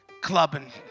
clubbing